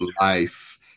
life